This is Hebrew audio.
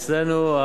אצלנו,